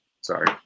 sorry